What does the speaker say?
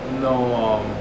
No